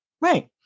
Right